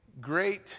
great